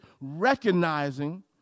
recognizing